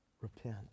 Repent